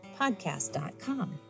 podcast.com